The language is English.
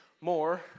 more